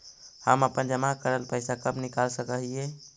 हम अपन जमा करल पैसा कब निकाल सक हिय?